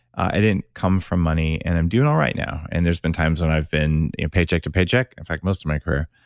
i didn't come from money and i'm doing all right now. and there's been times when i've been paycheck-to-paycheck in fact, most of my career.